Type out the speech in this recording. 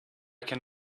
can